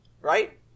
Right